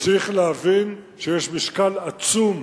וצריך להבין שיש משקל עצום